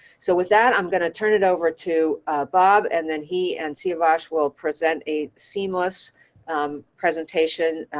so with that i'm gonna turn it over to bob and then he and siavash will present a seamless presentation.